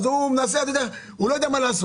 הוא לא יודע מה לעשות,